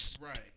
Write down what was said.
Right